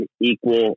equal